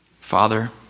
Father